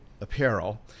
apparel